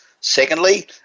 Secondly